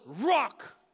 rock